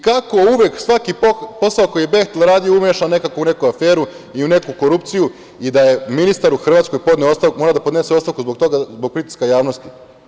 Kako uvek svaki posao koji je „Behtel“ radio umešan u nekakvu aferu i u neku korupciju i da je ministar u Hrvatskoj morao da podnese ostavku zbog toga, zbog pritiska javnosti?